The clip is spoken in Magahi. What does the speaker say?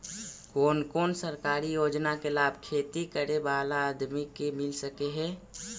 कोन कोन सरकारी योजना के लाभ खेती करे बाला आदमी के मिल सके हे?